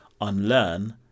unlearn